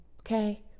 okay